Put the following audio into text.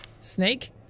Snake